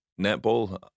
netball